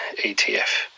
ETF